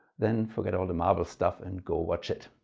then forget all the marvel stuff and go watch it.